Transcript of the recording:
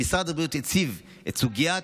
משרד הבריאות הציב את סוגיית,